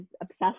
obsessed